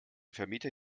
vermieter